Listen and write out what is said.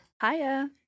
Hiya